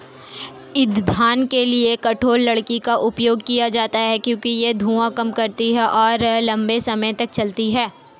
ईंधन के लिए कठोर लकड़ी का उपयोग किया जाता है क्योंकि यह धुआं कम करती है और लंबे समय तक जलती है